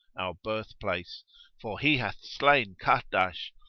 our birth place for he hath slain kahrdash,